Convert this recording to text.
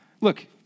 Look